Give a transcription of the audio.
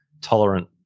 tolerant